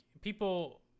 people